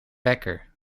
wekker